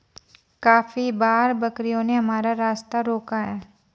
काफी बार बकरियों ने हमारा रास्ता रोका है